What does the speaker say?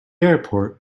airport